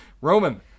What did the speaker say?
Roman